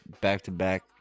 back-to-back